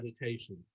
meditation